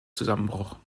zusammenbruch